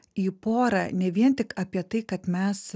į porą ne vien tik apie tai kad mes